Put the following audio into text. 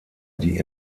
die